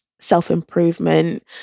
self-improvement